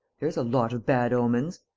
there's a lot of bad omens!